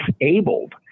disabled